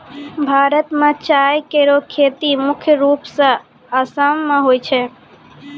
भारत म चाय केरो खेती मुख्य रूप सें आसाम मे होय छै